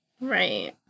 Right